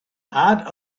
had